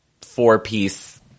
four-piece